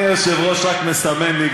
היושב-ראש רק מסמן לי,